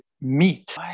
meat